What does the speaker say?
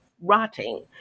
rotting